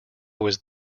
was